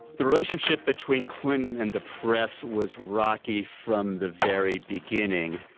the relationship between clinton and the press was rocky from the very beginning.